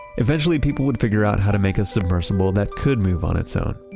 eventually, people would figure out how to make a submersible that could move on its own.